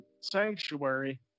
Sanctuary